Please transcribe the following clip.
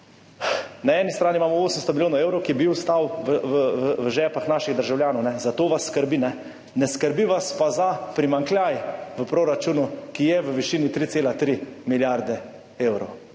Na eni strani imamo 800 milijonov evrov, ki bi ostali v žepih naših državljanov, za to vas skrbi, ne skrbi vas pa za primanjkljaj v proračunu, ki je v višini 3,3 milijarde evrov.